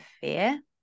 fear